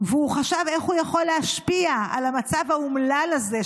והוא חשב איך הוא יכול להשפיע על המצב האומלל הזה,